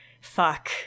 Fuck